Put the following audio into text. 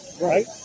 Right